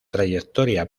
trayectoria